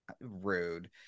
rude